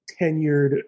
tenured